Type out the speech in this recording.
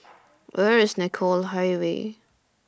Where IS Nicoll Highway